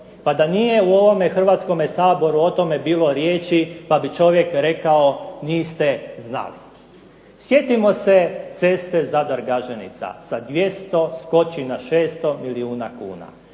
Pa da nije u ovome Hrvatskome saboru bilo o tome riječi, pa bi čovjek rekao niste znali. Sjetimo se ceste Zadar-Gaženica, sa 200 skoči na 600 milijuna kuna,